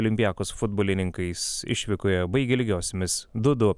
olympiakos futbolininkais išvykoje baigė lygiosiomis du du